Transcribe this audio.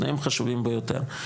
שניהם חשובים ביותר.